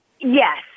Yes